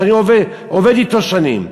שאני עובד אתו שנים.